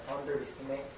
underestimate